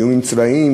איומים צבאיים,